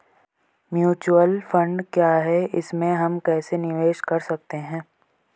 Mutual fund क्या है इसमें हम कैसे निवेश कर सकते हैं?